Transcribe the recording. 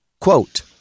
Quote